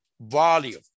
volume